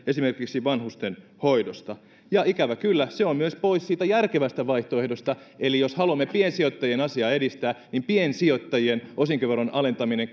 esimerkiksi vanhustenhoidosta ikävä kyllä se on myös pois siitä järkevästä vaihtoehdosta jos haluamme piensijoittajien asiaa edistää piensijoittajien osinkoveron alentaminen